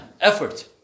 effort